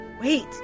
Wait